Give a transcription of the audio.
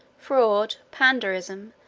fraud, pandarism,